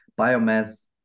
biomass